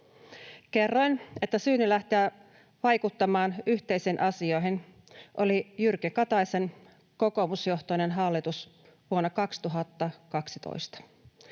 Kerroin, että syynä lähteä vaikuttamaan yhteisiin asioihin oli Jyrki Kataisen kokoomusjohtoinen hallitus vuonna 2012.